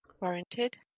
warranted